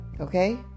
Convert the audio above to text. okay